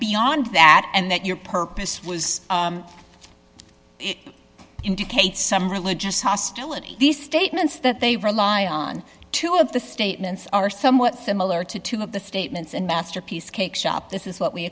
beyond that and that your purpose was indicates some religious hostility these statements that they rely on two of the statements are somewhat similar to two of the statements in masterpiece cake shop this is what we